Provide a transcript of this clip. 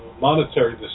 monetary